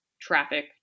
traffic